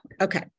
Okay